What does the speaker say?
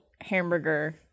hamburger